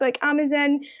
Amazon